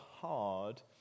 hard